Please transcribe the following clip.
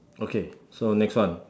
okay so next one